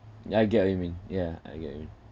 ya I get what you mean ya I get what you mean